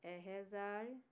এহেজাৰ